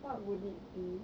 what would it be